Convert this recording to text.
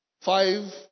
five